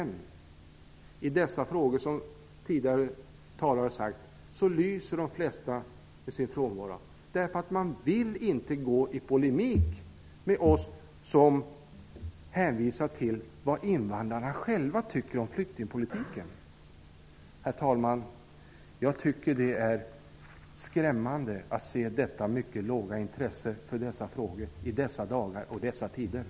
Men i dessa frågor, som tidigare talare har sagt, lyser de flesta med sin frånvaro. Man vill inte gå i polemik med oss som hänvisar till vad invandrarna själva tycker om flyktingpolitiken. Herr talman! Det är i dessa dagar och tider skrämmande att se detta mycket låga intresse för de här frågorna.